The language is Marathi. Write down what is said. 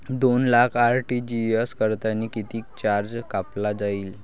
दोन लाख आर.टी.जी.एस करतांनी कितीक चार्ज कापला जाईन?